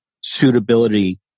suitability